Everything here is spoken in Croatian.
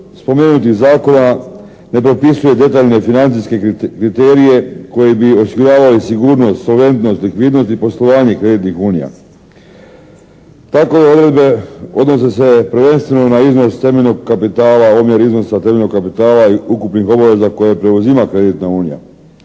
spomenutih zakona ne propisuje detaljne financijske kriterije koji bi osiguravali sigurnost, solventnost, likvidnost i poslovanje kreditnih unija. Takove odredbe odnose se prvenstveno na iznos temeljnog kapitala, omjer iznosa temeljnog kapitala i ukupnih obaveza koje preuzima kreditna unija.